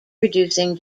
reducing